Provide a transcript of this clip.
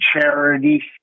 Charity